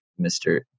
Mr